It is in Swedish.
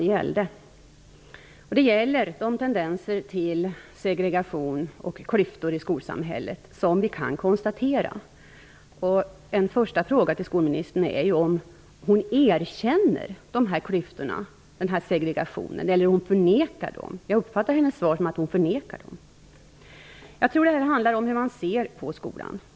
Frågan gäller de tendenser till segregation och klyftor i skolsamhället som vi kan konstatera. En första fråga till skolministern är om hon erkänner den här segregationen eller om hon förnekar den. Jag uppfattade hennes svar som att hon förnekar den. Jag tror det handlar om hur man ser på skolan.